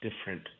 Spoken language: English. different